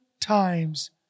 times